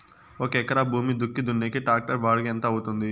ఒక ఎకరా భూమి దుక్కి దున్నేకి టాక్టర్ బాడుగ ఎంత అవుతుంది?